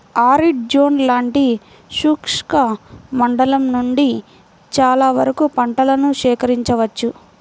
arid zone లాంటి శుష్క మండలం నుండి చాలా వరకు పంటలను సేకరించవచ్చు